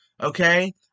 okay